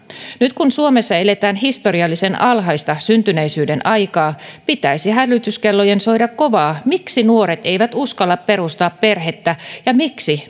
nyt kun suomessa eletään historiallisen alhaista syntyneisyyden aikaa pitäisi hälytyskellojen soida kovaa miksi nuoret eivät uskalla perustaa perhettä ja miksi